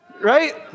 Right